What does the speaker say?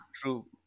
true